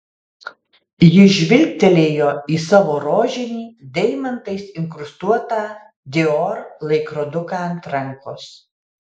ji žvilgtelėjo į savo rožinį deimantais inkrustuotą dior laikroduką ant rankos